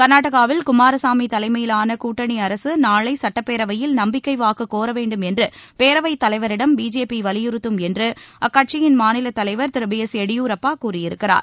கர்நாடகாவில் குமாரசாமி தலைமையிலான கூட்டணி அரசு நாளை சட்டப்பேரவையில் நம்பிக்கை வாக்கு கோர வேண்டும் என்று பேரவைத் தலைவரிடம் பிஜேபி வலியுறுத்தும் என்று அக்கட்சியின் மாநிலத் தலைவர் திரு பி எஸ் எடியூரப்பா கூறியிருக்கிறார்